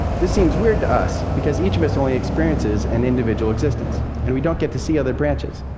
this seems weird to us, because each of us only experiences an individual existence, and we don't get to see other branches.